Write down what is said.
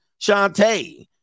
shantae